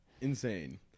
Insane